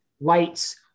lights